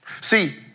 See